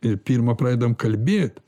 ir pirma pradedam kalbėt